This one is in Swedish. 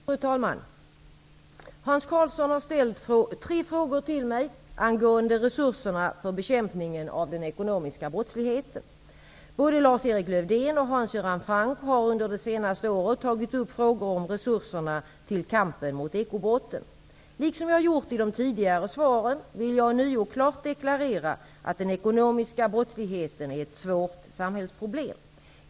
Fru talman! Hans Karlsson har ställt tre frågor till mig angående resurserna för bekämpningen av den ekonomiska brottsligheten. Både Lars-Erik Lövdén och Hans Göran Franck har under det senaste året tagit upp frågor om resurserna till kampen mot ekobrotten. Liksom jag gjort i de tidigare svaren vill jag ånyo klart deklarera att den ekonomiska brottsligheten är ett svårt samhällsproblem.